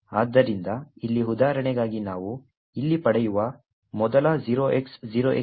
ಆದ್ದರಿಂದ ಇಲ್ಲಿ ಉದಾಹರಣೆಗಾಗಿ ನಾವು ಇಲ್ಲಿ ಪಡೆಯುವ ಮೊದಲ 0x0XC3 ಇದು